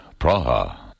Praha